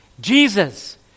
Jesus